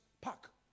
park